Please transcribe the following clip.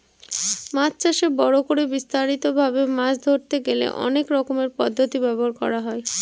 মাছ চাষে বড় করে বিস্তারিত ভাবে মাছ ধরতে গেলে অনেক রকমের পদ্ধতি ব্যবহার করা হয়